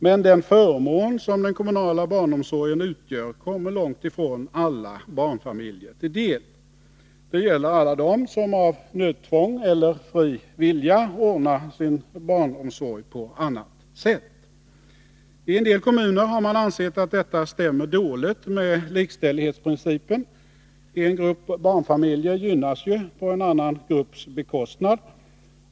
Men den förmån som den kommunala barnomsorgen utgör kommer långtifrån alla barnfamiljer till del. Det gäller alla dem som av nöd tvång eller fri vilja ordnar sin barnomsorg på annat sätt. I en del kommuner har man ansett att detta stämmer dåligt med likställighetsprincipen — en grupp barnfamiljer gynnas ju på en annan grupps bekostnad.